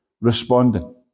responding